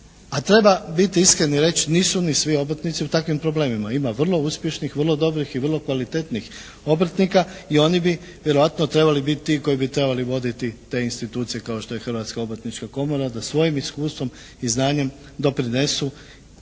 treba biti iskren i reći nisu ni svi obrtnici u takvim problemima. Ima vrlo uspješnih, vrlo dobrih i vrlo kvalitetnih obrtnika i oni bi vjerojatno trebali biti ti koji bi trebali voditi te institucije kao što je Hrvatska obrtnička komora da svojim iskustvom i znanjem doprinesu